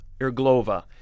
Irglova